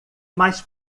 mais